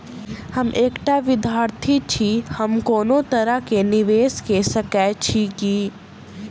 हम एकटा विधार्थी छी, हम कोनो तरह कऽ निवेश कऽ सकय छी की?